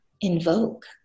invoke